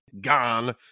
gone